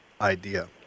idea